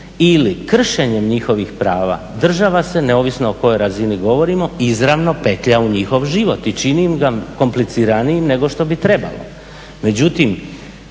ili kršenjem njihovih prava, država se neovisno o kojoj razini govorimo izravno petlja u njihov život i čini ga kompliciranijim nego što bi trebalo.